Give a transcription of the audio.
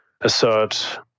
assert